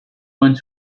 want